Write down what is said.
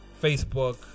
Facebook